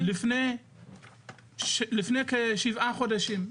לפני כשבעה חודשים.